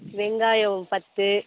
வெங்காயம் பத்து